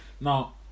Now